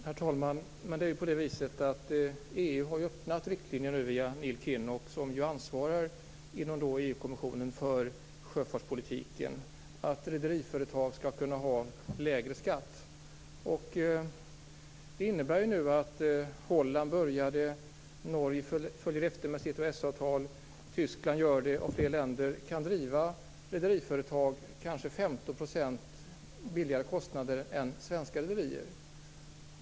Herr talman! EU har ju föreslagit riktlinjer, via EU-kommissionen, om att rederiföretag skall kunna ha lägre skatt. Det innebär att Holland började. Norge följer med sitt avtal. Tyskland och flera andra länder kan driva rederiföretag för 50 % lägre kostnader än svenska rederier.